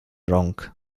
rąk